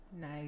Nice